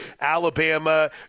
Alabama